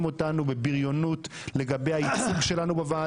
אותנו בבריונות לגבי הייצוג שלנו בוועדות.